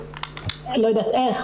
לא יודעת איך,